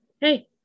Hey